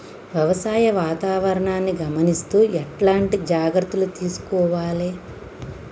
వ్యవసాయ వాతావరణాన్ని గమనిస్తూ ఎట్లాంటి జాగ్రత్తలు తీసుకోవాలే?